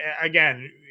again